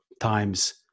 times